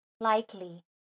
likely